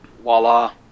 voila